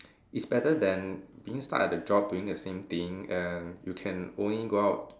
it's better than being stuck at the job doing the same thing and you can only go out